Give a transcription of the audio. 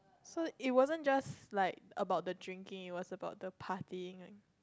so it wasn't just like about the drinking it was about the partying